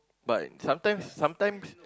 but sometimes sometimes